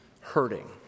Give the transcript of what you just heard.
hurting